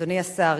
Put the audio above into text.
אדוני השר,